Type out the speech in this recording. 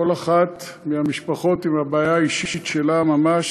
כל אחת מהמשפחות עם הבעיה האישית שלה ממש,